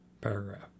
paragraph